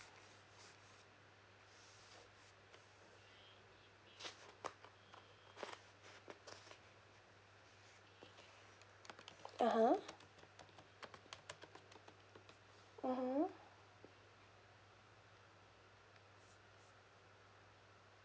(uh huh) (uh huh)